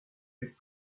with